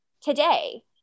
today